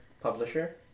publisher